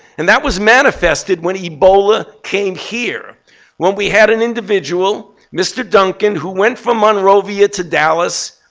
and that was manifested when ebola came here when we had an individual, mr. duncan, who went from monrovia to dallas,